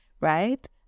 right